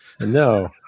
No